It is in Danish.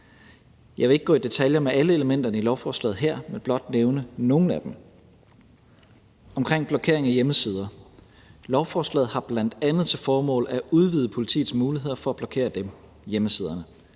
Jeg vil ikke gå i detaljer med alle elementerne i lovforslaget her, men blot nævne nogle af dem. Med hensyn til blokering af hjemmesider har lovforslaget bl.a. til formål at udvide politiets muligheder for at blokere hjemmesiderne.